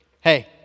hey